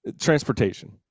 Transportation